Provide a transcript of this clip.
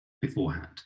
beforehand